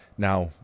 Now